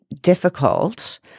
difficult